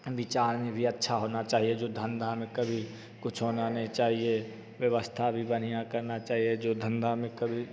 विचार में भी अच्छा होना चाहिए जो धंधा में कभी कुछ होना नहीं चाहिए व्यवस्था भी बढ़िया करना चाहिए जो धंधा में कभी